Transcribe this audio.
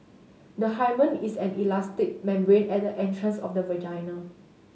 the hymen is an elastic membrane at the entrance of the vagina